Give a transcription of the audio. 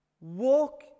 Walk